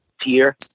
tier